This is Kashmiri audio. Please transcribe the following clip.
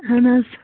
اَہَن حظ